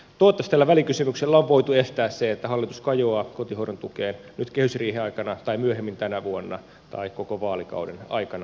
toivottavasti tällä välikysymyksellä on voitu estää se että hallitus kajoaa kotihoidon tukeen nyt kehysriihen aikana tai myöhemmin tänä vuonna tai koko vaalikauden aikana